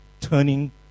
turning